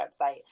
website